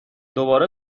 دوباره